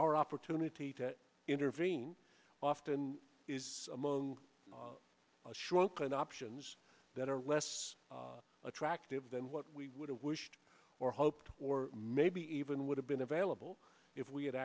our opportunity to intervene often is among shrunken options that are less attractive than what we would have wished or hoped or maybe even would have been available if we had